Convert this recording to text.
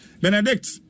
Benedict